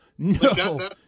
No